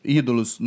ídolos